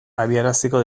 abiaraziko